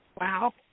Wow